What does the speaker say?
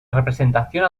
restauración